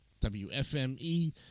WFME